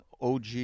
OG